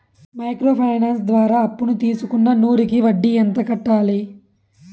Micro finance ద్వారా అప్పును తీసుకున్న నూరు కి వడ్డీ ఎంత కట్టాలి?